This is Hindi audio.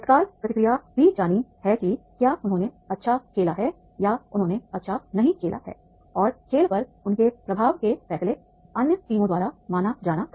तत्काल प्रतिक्रिया दी जानी है कि क्या उन्होंने अच्छा खेला है या उन्होंने अच्छा नहीं खेला है और खेल पर उनके प्रभाव के फैसले अन्य टीमों द्वारा माना जाना था